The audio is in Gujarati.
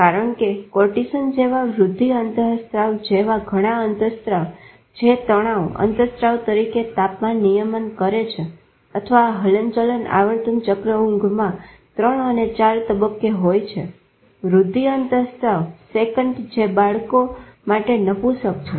કારણ કે કોર્ટીસન જેવા વુદ્ધિ અંતસ્ત્રાવ જેવા ઘણા અંતસ્ત્રાવ જે તણાવ અંતસ્ત્રાવ તરીકે તાપમાન નિયમન કરે છે અથવા આ હલનચલન આવર્તન ચક્ર ઊંઘમાં 3 અને 4 તબક્કે હોય છે વૃદ્ધિ અંતસ્ત્રાવ સેકન્ટ જે બાળકો માટે નપુંસક છે